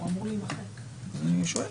אני שואל.